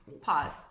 Pause